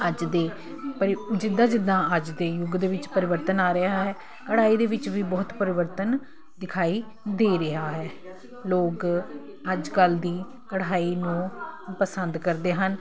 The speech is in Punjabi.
ਅੱਜ ਦੇ ਜਿੱਦਾਂ ਜਿੱਦਾਂ ਅੱਜ ਦੇ ਯੁੱਗ ਦੇ ਵਿੱਚ ਪਰਿਵਰਤਨ ਆ ਰਿਹਾ ਹੈ ਕਢਾਈ ਦੇ ਵਿੱਚ ਵੀ ਬਹੁਤ ਪਰਿਵਰਤਨ ਦਿਖਾਈ ਦੇ ਰਿਹਾ ਹੈ ਲੋਕ ਅੱਜ ਕੱਲ੍ਹ ਦੀ ਕਢਾਈ ਨੂੰ ਪਸੰਦ ਕਰਦੇ ਹਨ